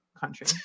country